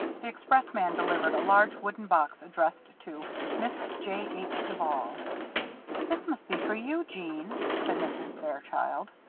the express-man delivered a large wooden box addressed to miss j h. duval. this must be for you, jeanne, said mrs. fairchild.